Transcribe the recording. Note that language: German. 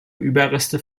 überreste